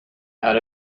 out